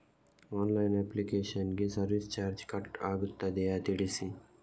Online application ಗೆ service charge cut ಆಗುತ್ತದೆಯಾ ತಿಳಿಸಿ?